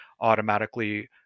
automatically